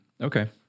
Okay